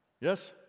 Yes